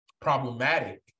problematic